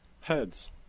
heads